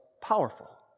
powerful